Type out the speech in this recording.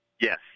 Yes